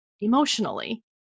emotionally